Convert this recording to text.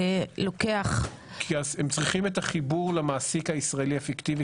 לוקח --- כי הם צריכים את החיבור למעסיק הישראלי הפיקטיבי,